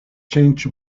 changed